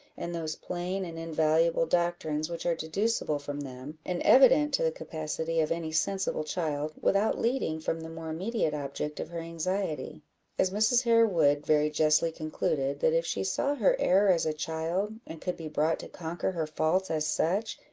and those plain and invaluable doctrines which are deducible from them, and evident to the capacity of any sensible child, without leading from the more immediate object of her anxiety as mrs. harewood very justly concluded, that if she saw her error as a child, and could be brought to conquer her faults as such,